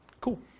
Cool